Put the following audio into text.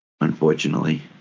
unfortunately